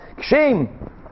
Shame